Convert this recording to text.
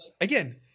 again